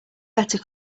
better